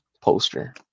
poster